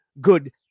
good